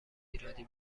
ایرادی